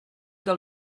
del